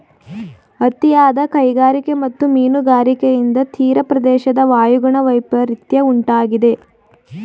ಅತಿಯಾದ ಕೈಗಾರಿಕೆ ಮತ್ತು ಮೀನುಗಾರಿಕೆಯಿಂದ ತೀರಪ್ರದೇಶದ ವಾಯುಗುಣ ವೈಪರಿತ್ಯ ಉಂಟಾಗಿದೆ